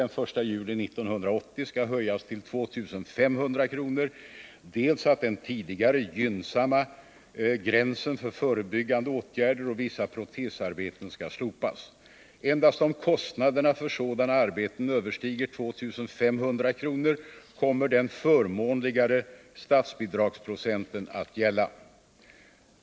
den 1 juli 1980 skall höjas till 2 500 kr., dels att den tidigare gynnsamma gränsen för förebyggande åtgärder och vissa protesarbeten skall slopas. Endast om kostnaderna för sådana arbeten överstiger 2 500 kr. kommer den förmånligare statsbidragsprocenten att gälla.